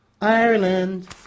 Ireland